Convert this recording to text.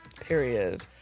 Period